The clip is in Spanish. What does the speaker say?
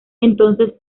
entonces